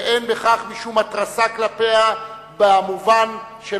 ואין בכך משום התרסה כלפיה במובן של